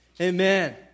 Amen